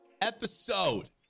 episode